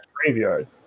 graveyard